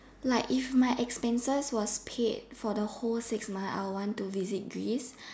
like if my expenses was paid for the whole six months I would want to visit Greece